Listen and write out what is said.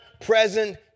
present